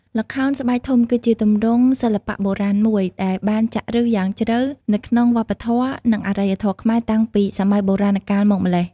ល្ខោនស្បែកធំ គឺជាទម្រង់សិល្បៈបុរាណមួយដែលបានចាក់ឫសយ៉ាងជ្រៅនៅក្នុងវប្បធម៌ និងអរិយធម៌ខ្មែរតាំងពីសម័យបុរាណកាលមកម្ល៉េះ។